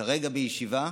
כרגע בישיבה.